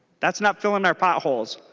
that's not filling our potholes.